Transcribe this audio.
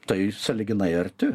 tai sąlyginai arti